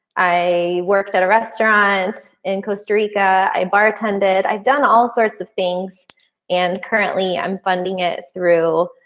i worked at a restaurant in costa rica. i bar attended. i've done all sorts of things and currently i'm funding it through.